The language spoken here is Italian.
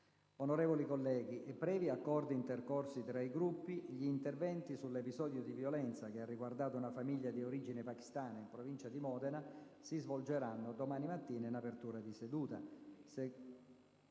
Onorevoli colleghi, previ accordi intercorsi tra i Gruppi, gli interventi sull'episodio di violenza che ha riguardato una famiglia di origine pakistana in Provincia di Modena si svolgeranno domani mattina in apertura di seduta.